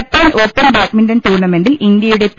Japan open badminton ടൂർണമെന്റിൽ ഇന്ത്യയുടെ P